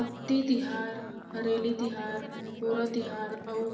अक्ति तिहार, हरेली तिहार, पोरा तिहार अउ